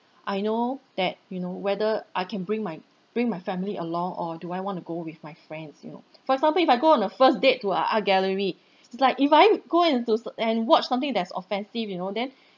I know that you know whether I can bring my bring my family along or do I want to go with my friends you know for example if I go on a first date to a art gallery like if I go into s~ and watch something that's offencive you know then